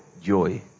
joy